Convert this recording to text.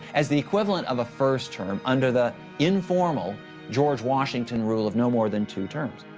as the equivalent of a first term under the informal george washington rule of no more than two terms.